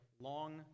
long